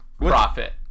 profit